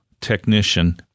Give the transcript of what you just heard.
technician